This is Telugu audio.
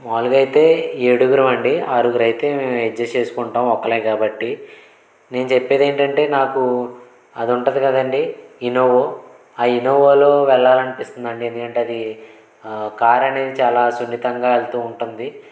మాములుగా అయితే ఏడుగురమండి ఆరుగురు అయితే మేం అడ్జస్ట్ చేసుకుంటాం ఒక్కరే కాబట్టి నేను చెప్పేది ఏంటంటే నాకు అది ఉంటుంది కదండి ఇన్నోవో ఇన్నోవోలో వెళ్లాలనిపిస్తుంది అండి ఎందుకంటే అది ఆ కార్ అనేది చాలా సున్నితంగా వెళ్తూ ఉంటుంది